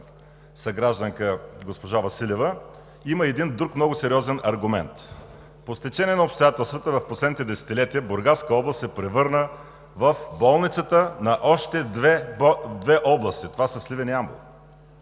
съгражданка госпожа Василева, има и един друг много сериозен аргумент. По стечение на обстоятелствата в последните десетилетия Бургаска област се превърна в болницата на още две области – Сливен и Ямбол.